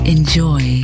Enjoy